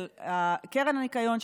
של קרן הניקיון,